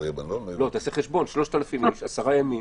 עשרה ימים,